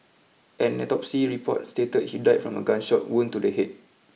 an autopsy report state he died from a gunshot wound to the head